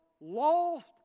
lost